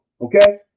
Okay